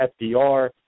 FDR